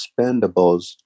Expendables